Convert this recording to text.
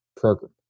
program